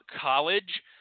college